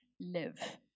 live